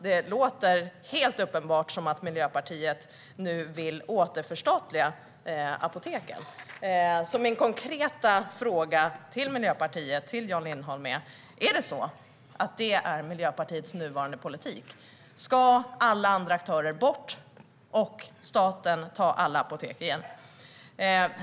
Det är uppenbart att Miljöpartiet nu vill återförstatliga apoteken. Min konkreta fråga till Miljöpartiet och Jan Lindholm är: Är detta Miljöpartiets nuvarande politik - att alla andra aktörer ska bort och staten återta alla apotek?